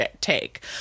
take